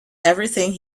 everything